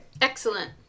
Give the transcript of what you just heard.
Excellent